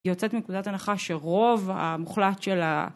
היא יוצאת מנקודת הנחה שרוב המוחלט של ה..